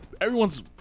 everyone's